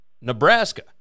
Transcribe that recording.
Nebraska